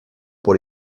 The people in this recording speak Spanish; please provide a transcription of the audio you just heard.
por